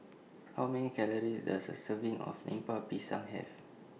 How Many Calories Does A Serving of Lemper Pisang Have